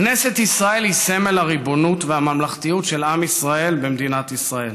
כנסת ישראל היא סמל הריבונות והממלכתיות של עם ישראל במדינת ישראל.